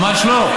ממש לא.